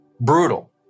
Brutal